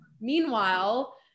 Meanwhile